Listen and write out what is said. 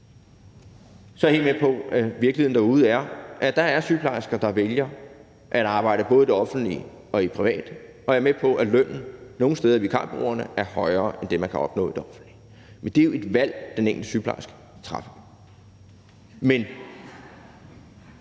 Så er jeg helt med på, at virkeligheden derude er, at der er sygeplejersker, der vælger at arbejde både i det offentlige og det private, og jeg er med på, at lønnen i vikarbureauerne nogle steder er højere end det, man kan opnå i det offentlige. Men det er jo et valg, den enkelte sygeplejerske træffer. Men